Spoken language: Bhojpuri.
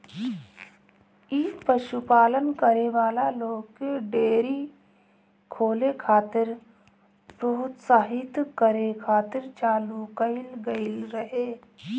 इ पशुपालन करे वाला लोग के डेयरी खोले खातिर प्रोत्साहित करे खातिर चालू कईल गईल रहे